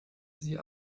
sie